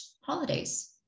holidays